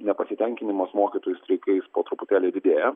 nepasitenkinimas mokytojų streikais po truputėlį didėja